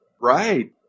Right